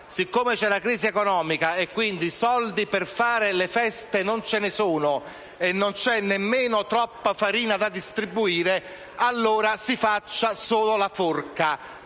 storica c'è la crisi economica e, quindi, di soldi per fare le feste non ce ne sono e non c'è nemmeno troppa farina da distribuire, si usi solo la forca